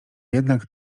jednak